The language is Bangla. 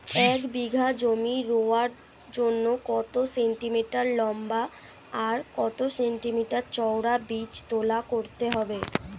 এক বিঘা জমি রোয়ার জন্য কত সেন্টিমিটার লম্বা আর কত সেন্টিমিটার চওড়া বীজতলা করতে হবে?